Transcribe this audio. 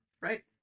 right